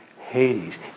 Hades